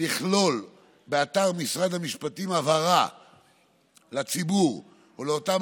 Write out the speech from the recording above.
לכלול באתר משרד המשפטים הבהרה לציבור או לאותם